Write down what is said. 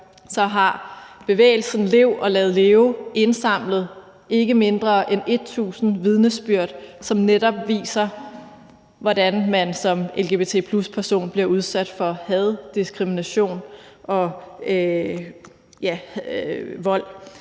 har bevægelsen Lev og lad leve indsamlet ikke mindre end et tusind vidnesbyrd, som netop viser, hvordan man som lgbti-person bliver udsat for had, diskrimination og vold.